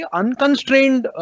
unconstrained